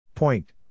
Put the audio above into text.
Point